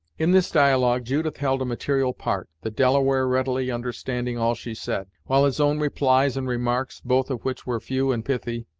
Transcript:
in this dialogue judith held a material part, the delaware readily understanding all she said, while his own replies and remarks, both of which were few and pithy,